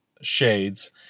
shades